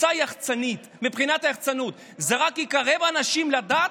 עצה יחצנית: מבחינת היחצנות זה רק יקרב אנשים לדת,